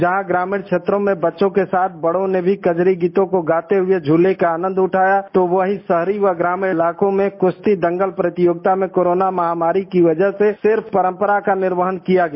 जहां ग्रामीण क्षेत्रों में बच्चों के साथ ही बड़ों ने भी कजरी गीतों को गाते हुए झूले का आनंद उठाया तो वहीं शहरी व ग्रामीण इलाकों में कुश्ती दंगल प्रतियोगिता में कोरोना महामारी की वजह से सिर्फ परंपरा का निर्वहन किया गया